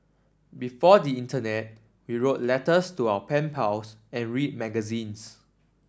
before the internet we wrote letters to our pen pals and read magazines